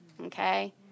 Okay